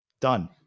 done